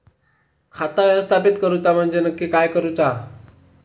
खाता व्यवस्थापित करूचा म्हणजे नक्की काय करूचा?